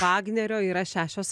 vagnerio yra šešios